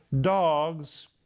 dogs